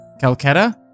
Calcutta